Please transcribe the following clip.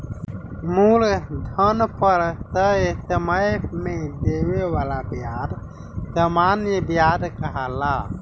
मूलधन पर तय समय में देवे वाला ब्याज सामान्य व्याज कहाला